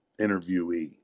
interviewee